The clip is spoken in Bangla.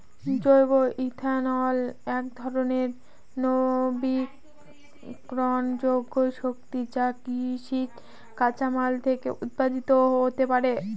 জৈব ইথানল একধরনের নবীকরনযোগ্য শক্তি যা কৃষিজ কাঁচামাল থেকে উৎপাদিত হতে পারে